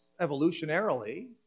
evolutionarily